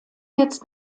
jetzt